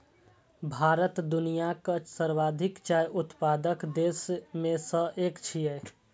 भारत दुनियाक सर्वाधिक चाय उत्पादक देश मे सं एक छियै